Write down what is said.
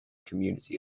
community